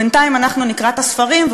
בינתיים אנחנו נקרא את הספרים,